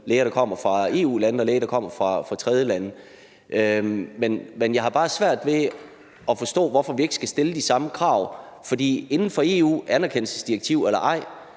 læger, der kommer fra EU-lande, og læger, der kommer fra tredjelande. Jeg har svært ved at forstå, hvorfor vi ikke skal stille de samme krav. For inden for EU – anerkendelsesdirektiv eller ej